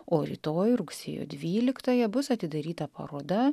o rytoj rugsėjo dvyliktąją bus atidaryta paroda